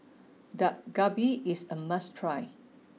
Dak Galbi is a must try